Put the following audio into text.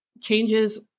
changes